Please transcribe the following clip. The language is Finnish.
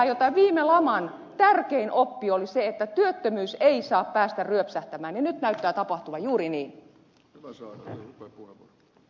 viime laman tärkein oppi oli se että työttömyys ei saa päästä ryöpsähtämään ja nyt näyttää tapahtuvan juuri niin